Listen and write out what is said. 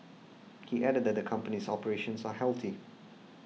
he added that the company's operations are healthy